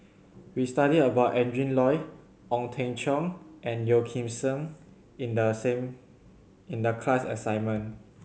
we studied about Adrin Loi Ong Teng Cheong and Yeo Kim Seng in the same in the class assignment